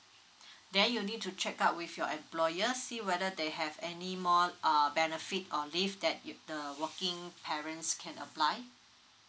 then you need to check out with your employee just see whether they have any more err benefit or leave that you the uh working parents can apply